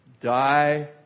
die